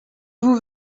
vous